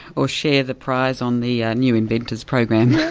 or share the prize on the and new inventors program?